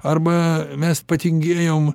arba mes patingėjom